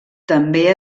també